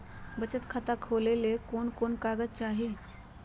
बचत खाता खोले ले कोन कोन कागज चाही?